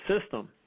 system